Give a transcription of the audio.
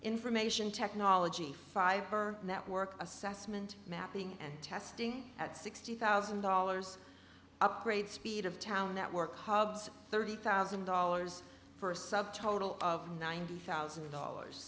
information technology five her network assessment mapping and testing at sixty thousand dollars upgrade speed of town network hubs thirty thousand dollars for a sub total of ninety thousand dollars